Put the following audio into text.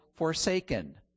forsaken